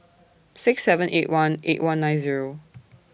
six seven eight one eight one nine Zero